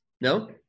No